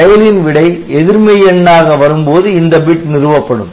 செயலின் விடை எதிர் மெய் எண்ணாக வரும் போது இந்த பிட் நிறுவப்படும்